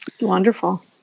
wonderful